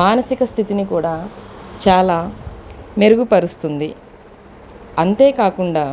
మానసిక స్థితిని కూడా చాలా మెరుగుపరుస్తుంది అంతేకాకుండా